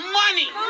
money